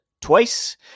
twice